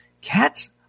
Cats